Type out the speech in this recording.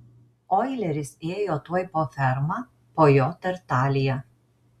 oileris ėjo tuoj po ferma po jo tartalija